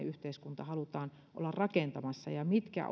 yhteiskuntaa halutaan olla rakentamassa ja mitkä